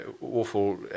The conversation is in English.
awful